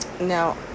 Now